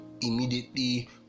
immediately